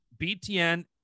BTN